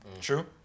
True